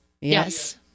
Yes